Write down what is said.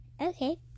Okay